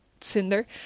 Cinder